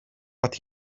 but